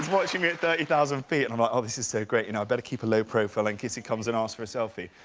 watching at thirty thousand feet. and i'm like, oh, this is so great. you know, i better keep a low profile in case he comes and asks for a selfie.